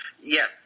Yes